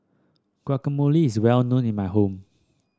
guacamole is well known in my home